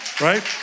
right